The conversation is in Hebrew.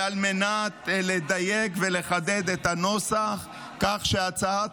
ועל מנת לדייק ולחדד את הנוסח כך שהצעת